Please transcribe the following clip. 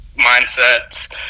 mindsets